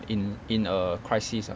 in in a crisis ah